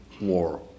war